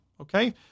Okay